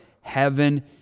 Heaven